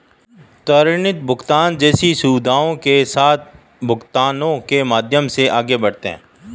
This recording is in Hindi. त्वरित भुगतान जैसी सुविधाओं के साथ भुगतानों के माध्यम से आगे बढ़ें